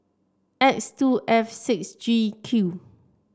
X two F six G Q